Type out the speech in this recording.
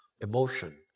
emotion